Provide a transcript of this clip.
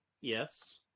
Yes